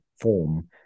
form